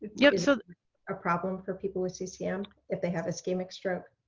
yeah so a problem for people with ccm is they have ischemic stroke?